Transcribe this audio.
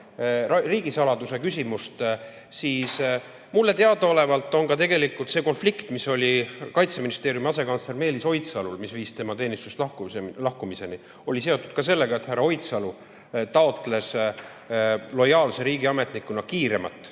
riigisaladuse küsimust, siis mulle teadaolevalt oli tegelikult ka see konflikt, mis oli Kaitseministeeriumi asekantsleril Meelis Oidsalul ja mis viis tema teenistusest lahkumiseni, seotud sellega, et härra Oidsalu taotles lojaalse riigiametnikuna